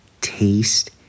taste